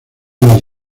las